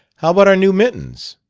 how about our new mittens